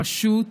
פשוט